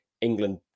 England